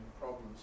problems